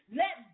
let